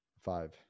five